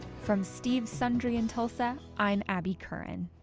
from steve's sundry in tulsa, i'm abby kurin.